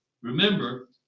Remember